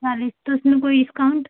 सारे तो इसमें कोई इस्काउंट